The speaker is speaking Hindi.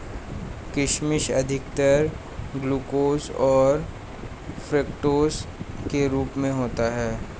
किशमिश अधिकतर ग्लूकोस और फ़्रूक्टोस के रूप में होता है